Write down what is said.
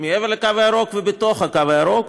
מעבר לקו הירוק ובתוך הקו הירוק,